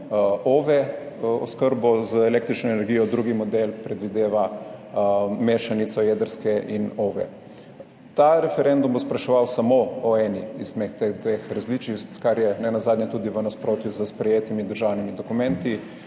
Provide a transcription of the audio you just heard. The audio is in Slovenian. OVE oskrbo z električno energijo, drugi model predvideva mešanico jedrske in OVE. Ta referendum bo spraševal samo o eni izmed teh dveh različic, kar je nenazadnje tudi v nasprotju s sprejetimi državnimi dokumenti.